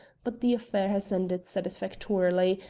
but the affair has ended satisfactorily,